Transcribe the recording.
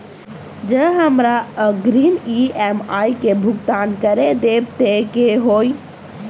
जँ हमरा अग्रिम ई.एम.आई केँ भुगतान करऽ देब तऽ कऽ होइ?